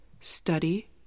study